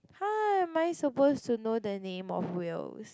how am I suppose to know the name of whales